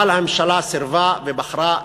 אבל הממשלה סירבה, ובחרה להעביר,